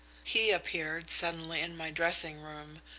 he appeared suddenly in my dressing-room,